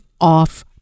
off